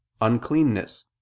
uncleanness